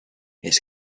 his